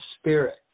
spirit